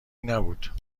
نبود